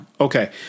Okay